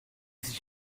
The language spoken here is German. sich